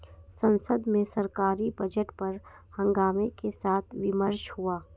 संसद में सरकारी बजट पर हंगामे के साथ विमर्श हुआ